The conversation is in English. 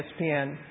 ESPN